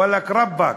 וואלכ רבאק,